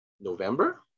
November